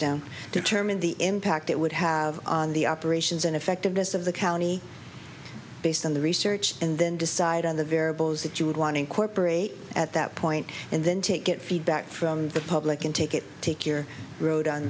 down determine the impact it would have on the operations and effectiveness of the county based on the research and then decide on the variables that you would want to incorporate at that point and then take it feedback from the public and take it take your road on